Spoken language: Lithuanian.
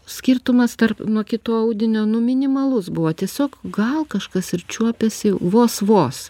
skirtumas tarp nuo kito audinio nu minimalus buvo tiesiog gal kažkas ir čiuopiasi vos vos